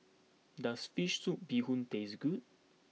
does Fish Soup Bee Hoon taste good